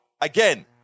again